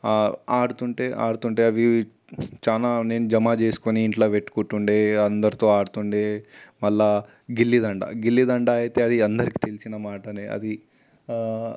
ఆడుతుంటే ఆడుతుంటే అవి చాలా నేను జమా చేసుకుని నేను ఇంట్లో పెట్టుకునేటు ఉండే అందరితో ఆడుతు ఉండే మళ్ళా గిల్లిదండ గిల్లిదండ అయితే అది అందరికి తెలిసిన మాటనే అది